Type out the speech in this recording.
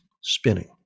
spinning